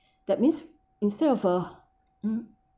that means instead of uh um